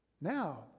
Now